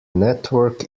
network